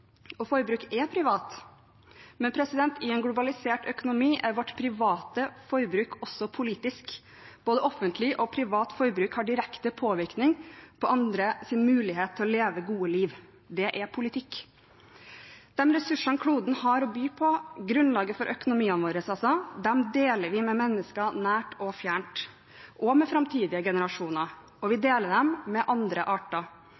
unna. Forbruk er privat, men i en globalisert økonomi er vårt private forbruk også politisk. Både offentlig og privat forbruk har direkte påvirkning på andres mulighet til å leve gode liv. Det er politikk. De ressursene som kloden har å by på – grunnlaget for økonomiene våre – deler vi med mennesker nært og fjernt og med framtidige generasjoner. Og vi deler dem med andre arter.